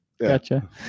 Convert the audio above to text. Gotcha